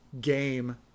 game